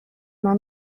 منو